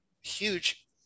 huge